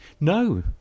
no